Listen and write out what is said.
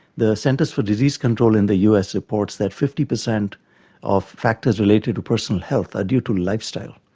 the centres for disease control in the us reports that fifty percent of factors related to personal health are due to lifestyle.